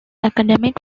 academic